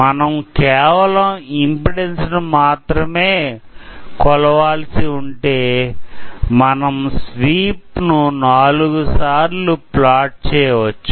మనం కేవలం ఇంపిడెన్సు ను మాత్రమే కొలవాల్సి ఉంటే మనం స్వీప్ ను నాలుగు సార్లు ప్లాట్ చేయవచ్చు